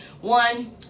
one